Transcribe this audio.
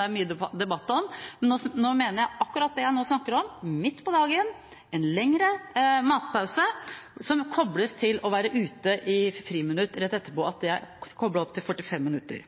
er mye debatt om, men nå mener jeg akkurat det jeg nå snakker om: en lengre matpause midt på dagen, som kobles til det å være ute i friminutt rett etterpå, at det skal være 45 minutter.